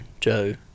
Joe